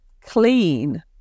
clean